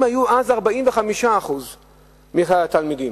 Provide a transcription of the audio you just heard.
"מכלל התלמידים"